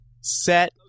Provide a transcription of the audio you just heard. set